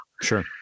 sure